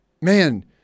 Man